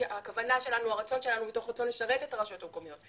מתוך רצון לשרת את הרשויות המקומיות,